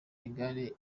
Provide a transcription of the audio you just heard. igare